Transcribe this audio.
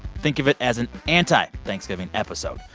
think of it as an anti-thanksgiving episode.